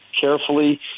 carefully